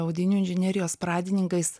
audinių inžinerijos pradininkais